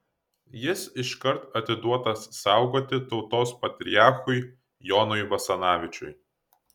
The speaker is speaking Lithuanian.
jis iškart atiduotas saugoti tautos patriarchui jonui basanavičiui